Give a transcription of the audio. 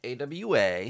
AWA